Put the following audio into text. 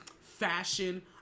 fashion